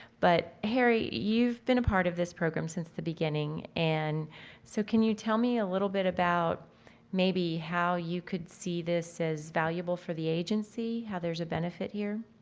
but harry, you've been a part of this program since the beginning and so can you tell me a little bit about maybe how you could see this as valuable for the agency? how there's a benefit here?